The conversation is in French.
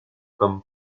comme